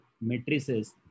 matrices